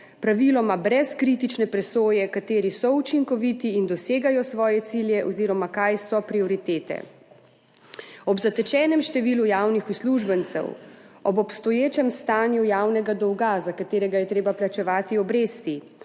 praviloma brez kritične presoje, kateri so učinkoviti in dosegajo svoje cilje oziroma kaj so prioritete. Ob zatečenem številu javnih uslužbencev, ob obstoječem stanju javnega dolga, za katerega je treba plačevati obresti,